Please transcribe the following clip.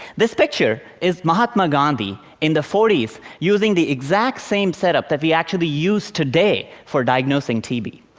this picture is mahatma gandhi in the forty s using the exact same setup that we actually use today for diagnosing t b.